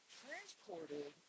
transported